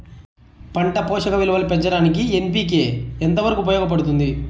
పంట పోషక విలువలు పెంచడానికి ఎన్.పి.కె ఎంత వరకు ఉపయోగపడుతుంది